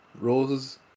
Roses